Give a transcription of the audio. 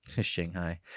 shanghai